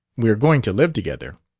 we are going to live together.